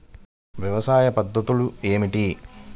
వ్యవసాయ పద్ధతులు ఏమిటి?